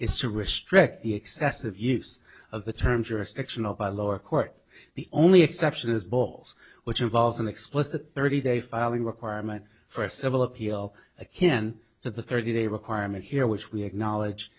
is to restrict excessive use of the term jurisdictional by lower court the only exception is balls which involves an explicit thirty day filing requirement for a civil appeal akin to the thirty day requirement here which we acknowledge